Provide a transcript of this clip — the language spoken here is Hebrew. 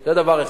זה דבר אחד.